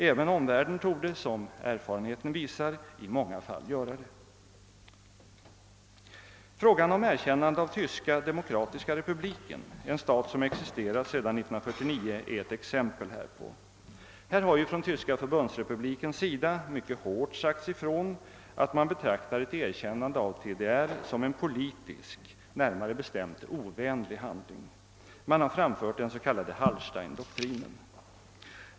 Även omvärlden torde — såsom erfarenheten visar — i många fall göra det. Frågan om erkännande av Tyska demokratiska republiken, en stat som existerat sedan 1949, är ett exempel härpå. Här har ju från Tyska förbundsrepublikens sida mycket hårt sagts ifrån att man betraktar ett erkännande av TDR som en politisk, närmare bestämt ovänlig handling. Man har i detta sammanhang framfört den s.k. Hallsteindoktrinen.